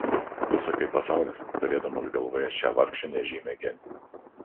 tu sakai pasaulis turėdamas galvoje šią vargšę nežymią gentį